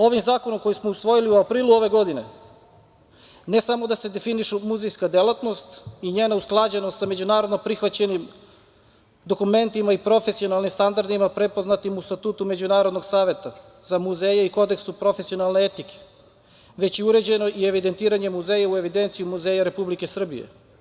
Ovim zakonom koji smo osvojili u aprilu ove godine ne samo da se definišu muzejska delatnost i njena usklađenost sa međunarodno prihvaćenim dokumentima i profesionalnim standardima prepoznatim u Statutu Međunarodnog saveta za muzeje i Kodeksu profesionalne etike, već je uređeno i evidentiranjem muzeja u Evidenciju muzeja Republike Srbije.